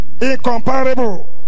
Incomparable